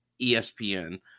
ESPN